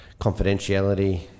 confidentiality